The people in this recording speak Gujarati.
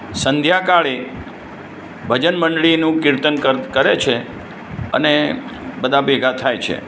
સંધ્યાકાળે ભજન મંડળીનું કિર્તન કર કરે છે અને બધા ભેગાં થાય છે